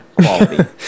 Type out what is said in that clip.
quality